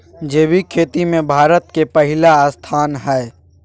जैविक खेती में भारत के पहिला स्थान हय